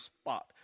spot